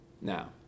now